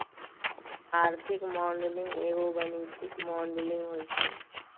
आर्थिक मॉडलिंग एगो गणितीक मॉडलिंग होइ छइ